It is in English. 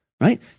right